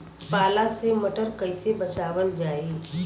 पाला से मटर कईसे बचावल जाई?